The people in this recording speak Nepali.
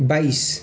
बाइस